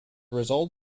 result